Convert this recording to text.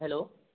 hello